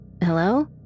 Hello